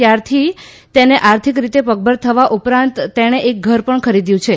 ત્યારથી તે આર્થિક રીતે પગભર થવા ઉપરાંત તેણે એક ઘર પણ ખરીદ્યું છે